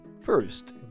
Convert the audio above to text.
First